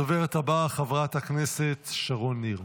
הדוברת הבאה, חברת הכנסת שרון ניר.